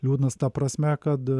liūdnas ta prasme kad